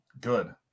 Good